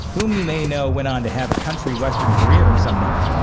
whom you may know went on to have a country-western career of some note.